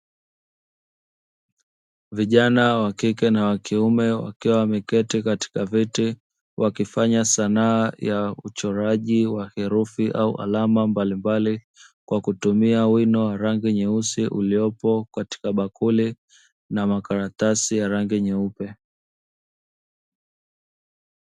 Vijana wakiume na wakike wakiwa wamekati katika viti, wakifanya sanaa ya uchoraji wa herufi au alama mbalimbali kwa kutumia wino wa rangi nyeusi uliopo katika bakuli na makaratasi ya rangi nyeupe.